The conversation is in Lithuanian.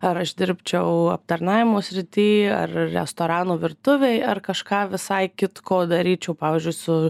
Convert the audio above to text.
ar aš dirbčiau aptarnavimo srity ar restorano virtuvėj ar kažką visai kitko daryčiau pavyzdžiui su